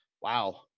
Wow